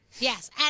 Yes